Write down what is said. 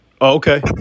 Okay